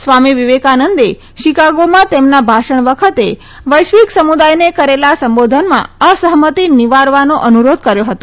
સ્વામી વિવેકાનંદે શિકાગોમાં તેમના ભાષણ વખતે વૈશ્વીક સમુદાયને કરેલા સંબોધનમાં અસહમતી નિવારવાનો અનુરોધ કર્યો હતો